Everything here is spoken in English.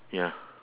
ya